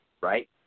right